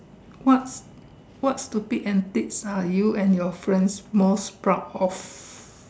what what stupid antics are you and your friends most proud of